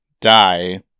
die